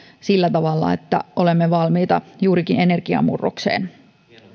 sillä tavalla että olemme valmiita juurikin energiamurrokseen